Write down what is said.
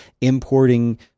importing